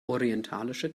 orientalische